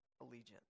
Allegiance